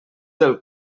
del